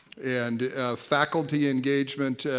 and faculty engagement,